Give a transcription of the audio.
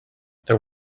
there